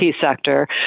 sector